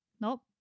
Nope